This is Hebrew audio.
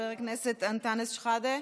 חבר הכנסת אנטאנס שחאדה,